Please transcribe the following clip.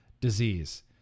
disease